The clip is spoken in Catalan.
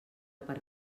per